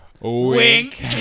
Wink